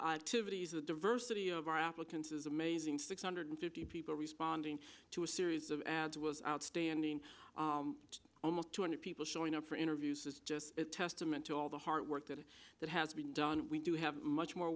activities with diversity of our applicants is amazing six hundred fifty people responding to a series of ads was outstanding almost two hundred people showing up for interviews it's just a testament to all the hard work that that has to be done we do have much more